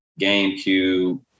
GameCube